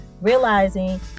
realizing